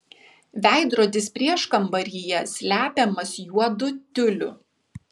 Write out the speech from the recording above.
veidrodis prieškambaryje slepiamas juodu tiuliu